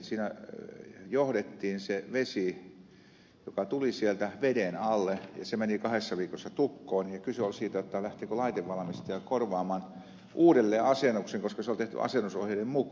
siinä johdettiin se vesi joka tuli sieltä veden alle ja se meni kahdessa viikossa tukkoon ja kyse oli siitä lähteekö laitevalmistaja korvaamaan uudelleenasennuksen koska se on tehty asennusohjeiden mukaan